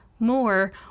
more